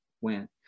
went